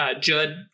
Judd